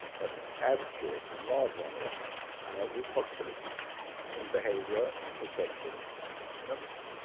but add to it, enlarge on it with possibilities in behaviour and perception and everything.